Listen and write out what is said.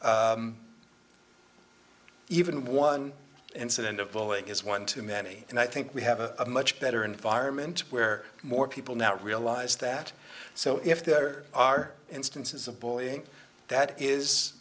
even one incident of bullying is one too many and i think we have a much better environment where more people now realize that so if there are instances of bullying that is